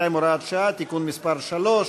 62, הוראת שעה) (תיקון מס' 3),